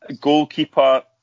Goalkeeper